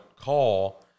call